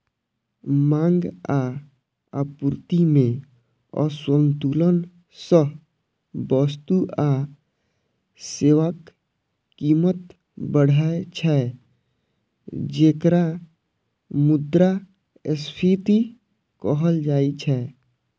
मांग आ आपूर्ति मे असंतुलन सं वस्तु आ सेवाक कीमत बढ़ै छै, जेकरा मुद्रास्फीति कहल जाइ छै